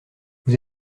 vous